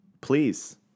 please